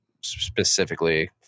specifically